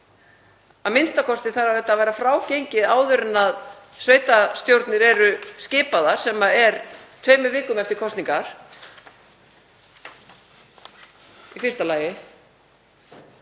helst, a.m.k. þarf það að vera frágengið áður en að sveitarstjórnir eru skipaðar sem er tveimur vikum eftir kosningar, í fyrsta lagi.